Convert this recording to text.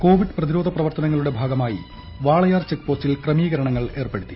Covid പ്രതിരോധ പ്രവർത്തുനങ്ങളുടെ ഭാഗമായി വാളയാർ ചെക്ക് പോസ്റ്റിൽ ക്രമീകരണങ്ങൾ ഏർപ്പെടുത്തി